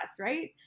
right